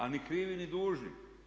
A ni krivi ni dužni.